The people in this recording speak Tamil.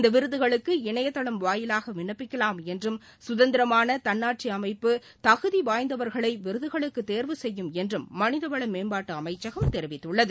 இந்த விருதுகளுக்கு இணையதளம் வாயிலாக விண்ணப்பிக்கலாம் என்றும் சுதந்திரமான தன்னாட்சி அமைப்பு தகுதி வாய்ந்தவர்களை விருதுகளுக்கு தேர்வு செய்யும் என்றும் மனிதவள மேம்பாட்டு அமைச்சகம் தெரிவித்துள்ளது